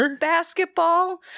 basketball